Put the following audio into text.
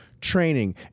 training